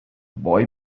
boy